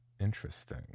Interesting